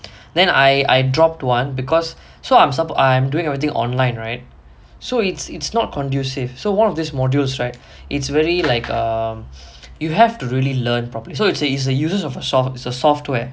then I I dropped one because so I'm supp~ I'm doing everything online right so it's it's not conducive so one of these modules right it's very like err you have to really learn properly so it's a the uses of soft is a software